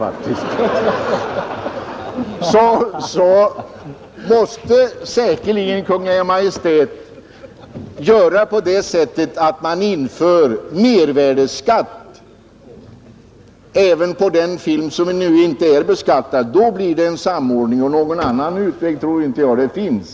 Vill man rätta till detta måste Kungl. Maj:t besluta om mervärdeskatt även på den film som nu inte är beskattad — då blir det en samordning. Någon annan utväg tror jag inte det finns.